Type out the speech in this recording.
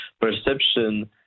perception